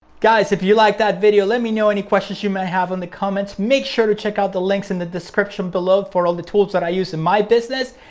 guys, if you liked that video, let me know any questions you may have in the comments. make sure to check out the links in the description below for all the tools that i use in my business.